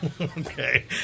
Okay